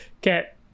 get